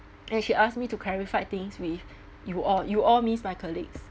and she asked me to clarify things with you all you all means my colleagues